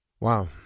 Wow